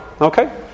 Okay